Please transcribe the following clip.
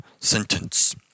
sentence